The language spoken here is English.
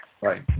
Right